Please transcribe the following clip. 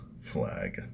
flag